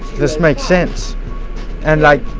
this makes sense and like,